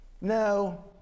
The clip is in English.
No